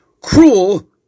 Cruel